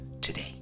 today